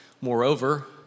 Moreover